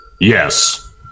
Yes